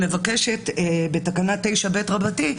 שמבקשת בתקנה 9ב רבתי,